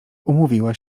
umówiła